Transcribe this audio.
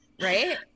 Right